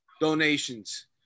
donations